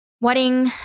wedding